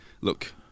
look